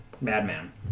madman